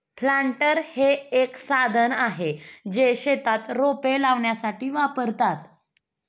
planter हे एक साधन आहे, जे शेतात रोपे लावण्यासाठी वापरतात